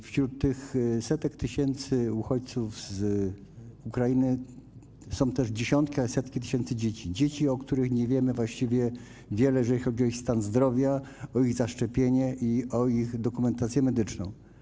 Wśród tych setek tysięcy uchodźców z Ukrainy są też setki tysięcy dzieci, dzieci, o których nie wiemy wiele, jeżeli chodzi o ich stan zdrowia, o ich zaszczepienie i o ich dokumentację medyczną.